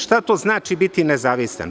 Šta to znači biti nezavistan?